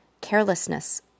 carelessness